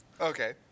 Okay